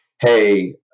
hey